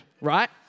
right